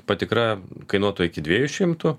patikra kainuotų iki dviejų šimtų